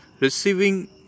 receiving